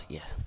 Yes